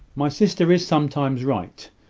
my sister is sometimes right,